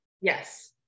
Yes